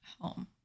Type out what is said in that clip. home